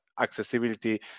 accessibility